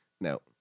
No